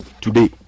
today